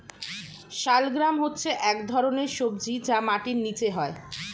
শালগ্রাম হচ্ছে এক ধরনের সবজি যা মাটির নিচে হয়